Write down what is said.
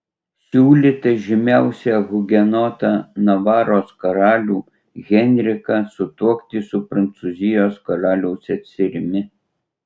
siūlyta žymiausią hugenotą navaros karalių henriką sutuokti su prancūzijos karaliaus seserimi